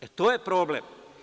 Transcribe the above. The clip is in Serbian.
E, to je problem.